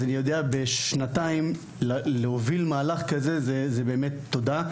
אז אני יודע, שנתיים, להוביל מהלך כזה, באמת תודה.